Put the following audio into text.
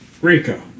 Rico